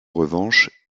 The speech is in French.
revanche